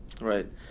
Right